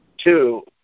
two